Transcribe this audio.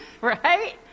Right